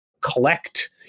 collect